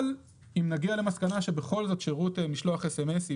אבל אם נגיע למסקנה שבכל זאת שירות משלוח אס-אם-אסים